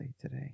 today